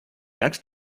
next